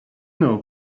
know